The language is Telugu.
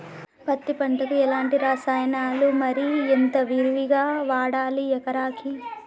పత్తి పంటకు ఎలాంటి రసాయనాలు మరి ఎంత విరివిగా వాడాలి ఎకరాకి?